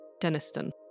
Deniston